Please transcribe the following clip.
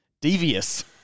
devious